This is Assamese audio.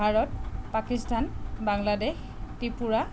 ভাৰত পাকিস্তান বাংলাদেশ ত্ৰিপুৰা